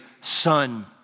son